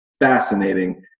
fascinating